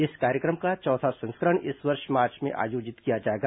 इस कार्यक्रम का चौथा संस्करण इस वर्ष मार्च में आयोजित किया जाएगा